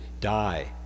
die